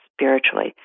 spiritually